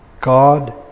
God